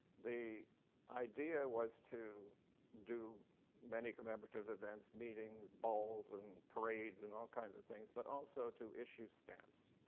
the idea was to do many commemorative events, meetings, balls, and parades, and all kinds of things. but also to issue stamps,